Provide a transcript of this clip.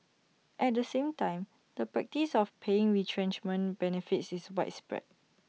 at the same time the practice of paying retrenchment benefits is widespread